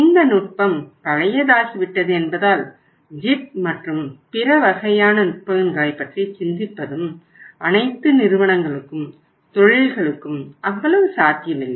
இந்த நுட்பம் பழையதாகிவிட்டது என்பதால் JIT மற்றும் பிற வகையான நுட்பங்களைப் பற்றி சிந்திப்பதும் அனைத்து நிறுவனங்களுக்கும் தொழில்களுக்கும் அவ்வளவு சாத்தியமில்லை